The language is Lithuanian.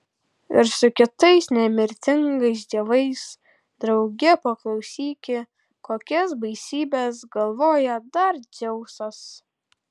ir su kitais nemirtingais dievais drauge paklausyki kokias baisybes galvoja dar dzeusas